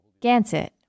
Gansett